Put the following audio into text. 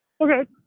okay